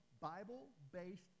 Bible-based